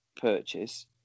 purchase